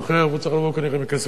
הוא צריך לבוא כנראה מכסף ממשלתי.